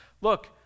look